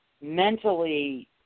mentally